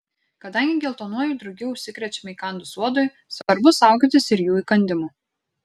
kadangi geltonuoju drugiu užsikrečiama įkandus uodui svarbu saugotis ir jų įkandimų